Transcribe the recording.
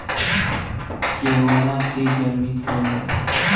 केवड़ा के जल भी खायल जाला